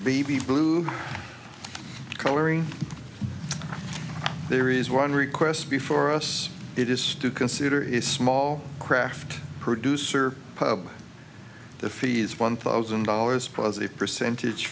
baby blue coloring there is one request before us it is to consider is small craft producer pub the fee is one thousand dollars plus a percentage